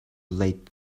late